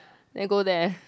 then go there